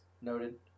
Noted